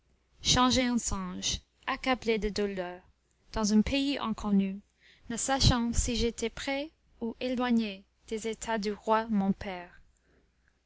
changé en singe accablé de douleur dans un pays inconnu ne sachant si j'étais près ou éloigné des états du roi mon père